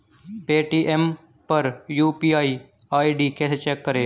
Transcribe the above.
Paytm पर UPI ID कैसे check करें?